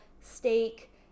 steak